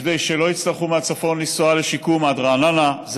כדי שלא יצטרכו לנסוע מהצפון עד רעננה לשיום,